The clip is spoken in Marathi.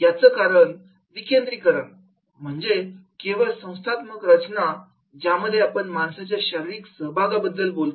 याचं कारण विकेंद्रीकरण म्हणजे केवळ संस्थात्मक रचना ज्यामध्ये आपण माणसाच्या शारीरिक सहभागाबद्दल बोलतो